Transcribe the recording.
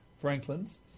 Franklins